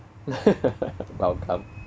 welcome